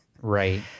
Right